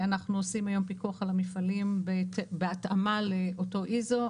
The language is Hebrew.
אנחנו עושים היום פיקוח על המפעלים בהתאמה לאותו איזו.